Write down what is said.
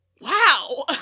Wow